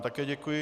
Také děkuji.